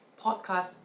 podcast